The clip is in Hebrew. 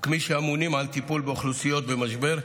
וכמי שאמונים על טיפול באוכלוסיות במשבר,